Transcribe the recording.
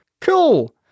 Cool